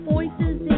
voices